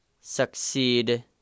succeed